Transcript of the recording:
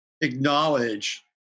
acknowledge